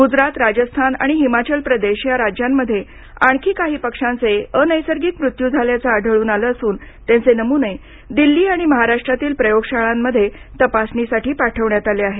गुजरात राजस्थान आणि हिमाचल प्रदेश या राज्यांमध्ये आणखी काही पक्षांचे अनैसर्गिक मृत्यू झाल्याचं आढळन आलं असून त्यांचे नमुने दिल्ली आणि महाराष्ट्रातील प्रयोगशाळांमध्ये तपासणीसाठी पाठवण्यात आले आहेत